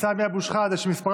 סמי אבו שחאדה, מס'